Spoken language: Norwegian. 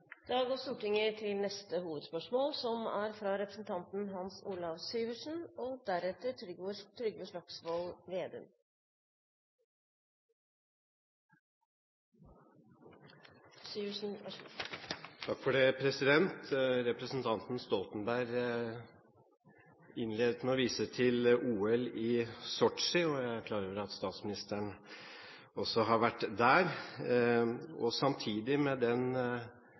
går til neste hovedspørsmål. Representanten Stoltenberg innledet med å vise til OL i Sotsji, og jeg er klar over at statsministeren også har vært der. Samtidig med kampen om medaljene i Sotsji har det i et naboland pågått en helt annen kamp, nemlig en kamp for frihet og